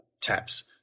taps